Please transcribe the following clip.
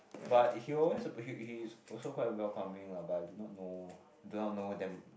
but he always he he's also quite welcoming lah but I do not know I do not know them